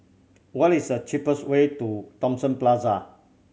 what is the cheapest way to Thomson Plaza